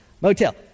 motel